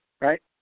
right